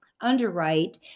underwrite